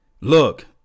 Look